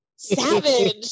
Savage